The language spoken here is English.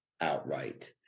outright